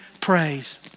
praise